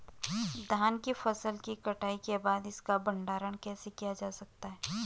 धान की फसल की कटाई के बाद इसका भंडारण कैसे किया जा सकता है?